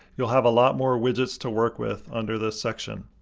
you'll have a lot more widgets to work with under this section.